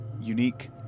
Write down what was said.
unique